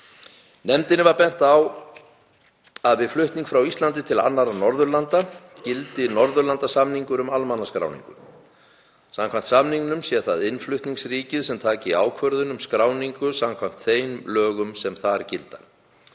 Nefndinni var bent á að við flutning frá Íslandi til annarra Norðurlanda gildi Norðurlandasamningur um almannaskráningu. Samkvæmt samningnum sé það innflutningsríkið sem taki ákvörðun um skráningu samkvæmt þeim lögum sem þar gildi.